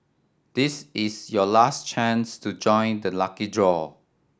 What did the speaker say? this is your last chance to join the lucky draw